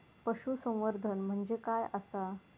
पशुसंवर्धन म्हणजे काय आसा?